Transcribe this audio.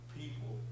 people